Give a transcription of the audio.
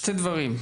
שני דברים.